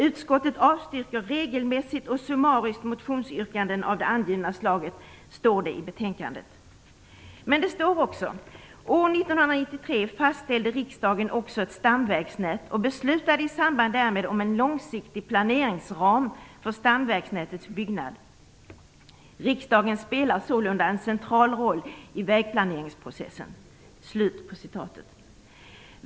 Utskottet avstyrker regelmässigt och summariskt motionsyrkanden av det angivna slaget, står det i betänkandet. Men det står också: År 1993 fastställde riksdagen också ett stamvägsnät och beslutade i samband därmed om en långsiktig planeringsram för stamvägsnätets byggnad. Riksdagen spelar sålunda en central roll i vägplaneringsprocessen.